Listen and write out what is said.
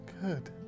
Good